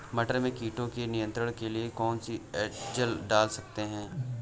मटर में कीटों के नियंत्रण के लिए कौन सी एजल डाल सकते हैं?